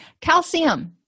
Calcium